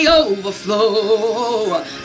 overflow